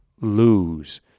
lose